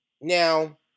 Now